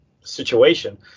situation